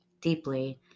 deeply